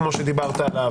כמו שדיברת עליו,